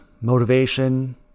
motivation